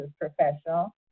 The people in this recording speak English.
professional